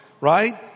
Right